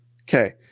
Okay